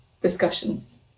discussions